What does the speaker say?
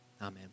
Amen